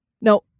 Now